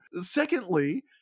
Secondly